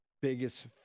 biggest